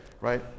right